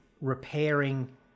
repairing